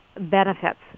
benefits